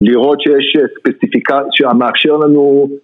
לראות שיש ספציפיקצייה שהמאפשר לנו